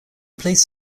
placed